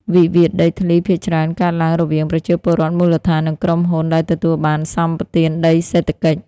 វិវាទដីធ្លីភាគច្រើនកើតឡើងរវាងប្រជាពលរដ្ឋមូលដ្ឋាន និងក្រុមហ៊ុនដែលទទួលបានសម្បទានដីសេដ្ឋកិច្ច។